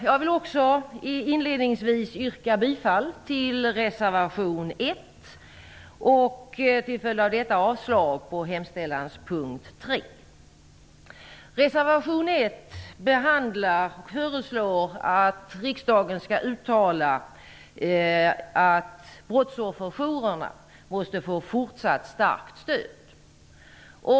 Jag vill inledningsvis yrka bifall till reservation 1 reservation 1 föreslås att riksdagen skall uttala att brottsofferjourerna måste få fortsatt starkt stöd.